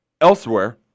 elsewhere